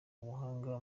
ubuhanga